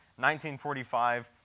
1945